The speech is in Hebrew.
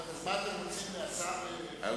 אז מה אתם רוצים מהשר ליברמן?